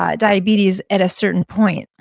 ah diabetes, at a certain point.